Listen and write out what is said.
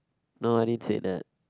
no I didn't said that